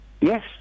Yes